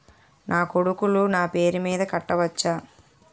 నా కొడుకులు నా పేరి మీద కట్ట వచ్చా?